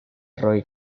roy